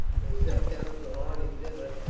they sat down to a hearty dinner,